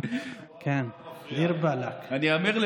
אם אתה אומר לי